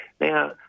Now